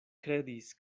kredis